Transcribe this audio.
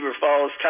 Falls